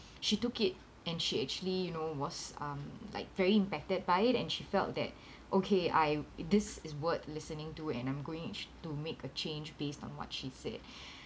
she took it and she actually you know was um like very impacted by it and she felt that okay I this is worth listening to and I'm going to make a change based on what she said